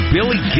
Billy